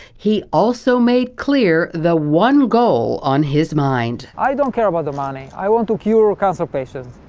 he also made clear the one goal on his mind. i don't care about the money, i want to cure ah cancer patients.